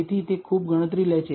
તેથી તે ખૂબ ગણતરી લે છે